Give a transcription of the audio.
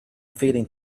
feeling